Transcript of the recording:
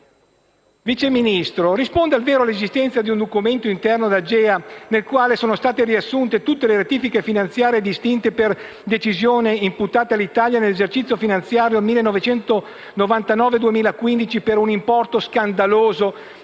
Vice Ministro, risponde al vero l'esistenza di un documento interno ad AGEA nel quale sono state riassunte tutte le rettifiche finanziarie distinte per decisione imputate all'Italia dall'esercizio finanziario 1999 al 2015 per un importo scandaloso